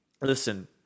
Listen